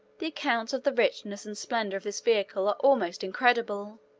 the accounts of the richness and splendor of this vehicle are almost incredible.